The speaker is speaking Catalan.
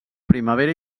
primavera